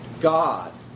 God